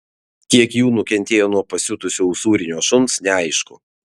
kiek jų nukentėjo nuo pasiutusio usūrinio šuns neaišku